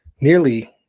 nearly